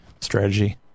strategy